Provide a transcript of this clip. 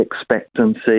expectancy